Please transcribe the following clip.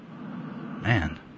Man